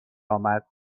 آمد